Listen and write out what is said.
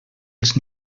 els